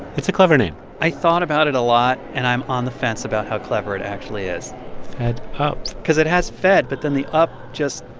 it's a clever name i thought about it a lot, and i'm on the fence about how clever it actually is fed up because it has fed, but then the up just.